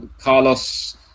Carlos